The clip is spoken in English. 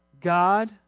God